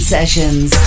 Sessions